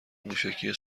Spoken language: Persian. موشکی